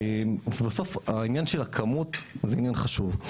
ובסוף העניין של הכמות זה עניין חשוב.